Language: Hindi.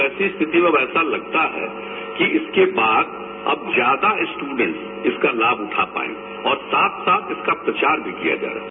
वैसी स्थिति में ऐसा लगता है कि इसके बाद अब ज्यादा स्टूडेंट इसका लाभ उठा पायेंगे और साथ साथ इसका प्रचार भी किया जा रहा है